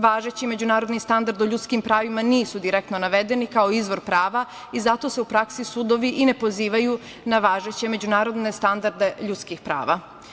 Važeći međunarodni standardi u ljuskim pravima nisu direktno navedeni kao izvor prava i zato se u praksi sudovi i ne pozivaju na važeće međunarodne standarde ljudskih prava.